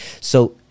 So-